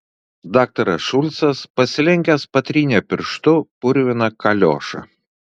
daktaras šulcas pasilenkęs patrynė pirštu purviną kaliošą